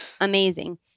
amazing